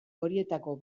horietako